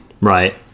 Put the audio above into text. Right